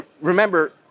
Remember